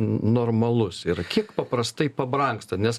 normalus ir kiek paprastai pabrangsta nes